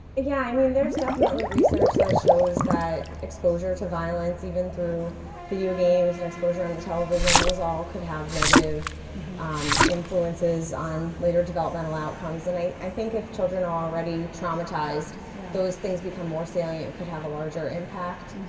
yeah, i mean there's definitely research that shows that exposure to violence even through video games and exposure on the television those all could have negative influences on later developmental outcomes. and i i think if children are already traumatized those things become more salient and could have a larger impact.